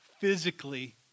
physically